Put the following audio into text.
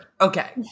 Okay